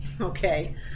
Okay